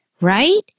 right